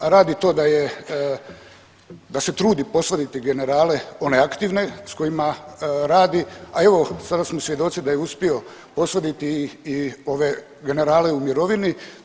A radi to da je, da se trudi posvaditi generale one aktivne s kojima radi, a evo sada smo svjedoci da je uspio posvaditi i ove generale u mirovini.